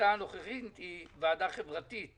במתכונתה הנוכחית היא ועדה חברתית.